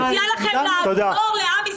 אני מציעה לכם לעזור לעם ישראל.